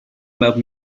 about